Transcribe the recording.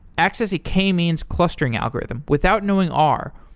access a k-means clustering algorithm without knowing r,